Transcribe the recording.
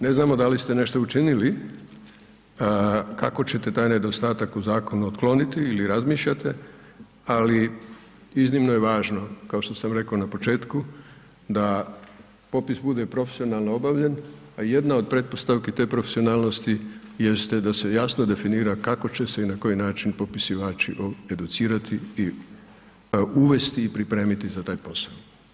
Ne znamo da li ste nešto učinili kako ćete taj nedostatak u zakonu otkloniti ili razmišljate, ali iznimno je važno kao što sam rekao na početku da popis bude profesionalno obavljen, a jedna od pretpostavki te profesionalnosti jeste da se jasno definira kako će se i na koji način popisivači educirati i uvesti i pripremiti za taj posao.